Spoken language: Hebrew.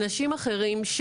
אנשים אחרים,